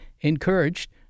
encouraged